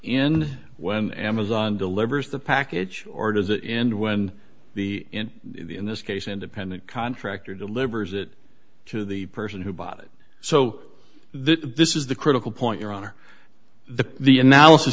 in when amazon delivers the package or does it end when the in the in this case an independent contractor delivers it to the person who bought it so this is the critical point your honor the the analysis